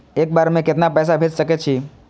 एक बार में केतना पैसा भेज सके छी?